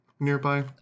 nearby